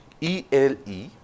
e-l-e